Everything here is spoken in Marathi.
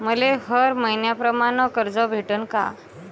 मले हर मईन्याप्रमाणं कर्ज भेटन का?